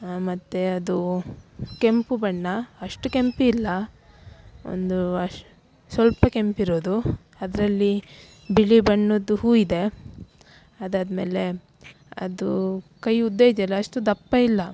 ಮತ್ತು ಅದೂ ಕೆಂಪು ಬಣ್ಣ ಅಷ್ಟು ಕೆಂಪು ಇಲ್ಲ ಒಂದು ಅಸ್ ಸ್ವಲ್ಪ ಕೆಂಪಿರೋದು ಅದರಲ್ಲಿ ಬಿಳಿ ಬಣ್ಣದ್ದು ಹೂ ಇದೆ ಅದಾದ್ಮೇಲೆ ಅದೂ ಕೈ ಉದ್ದ ಇದೆಯಲ್ಲ ಅಷ್ಟು ದಪ್ಪ ಇಲ್ಲ